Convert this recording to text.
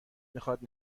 میخاد